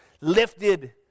lifted